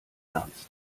ernst